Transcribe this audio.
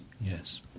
yes